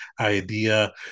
idea